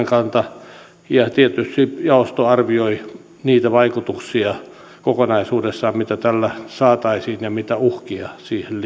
kanta ja tietysti jaosto arvioi niitä vaikutuksia kokonaisuudessaan mitä tällä saataisiin ja sitä mitä uhkia siihen liittyy